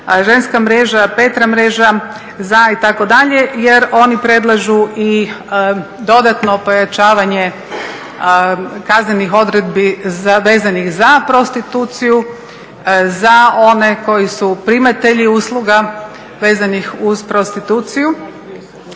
Ženska mreža "Petra" itd., jer oni predlažu i dodatno pojačavanje kaznenih odredbi vezanih za prostituciju, za one koji su primatelji usluga vezanih uz prostituciju.